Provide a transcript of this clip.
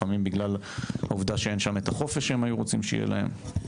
ולפעמים בגלל העובדה שאין שם את החופש שהם היו רוצים שיהיה להם.